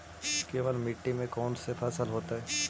केवल मिट्टी में कौन से फसल होतै?